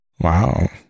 Wow